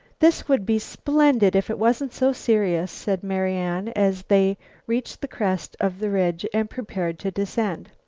this would be splendid if it wasn't so serious, said marian as they reached the crest of the ridge and prepared to descend.